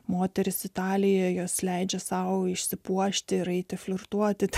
moterys italijoje jos leidžia sau išsipuošti ir eiti flirtuoti su